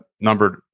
numbered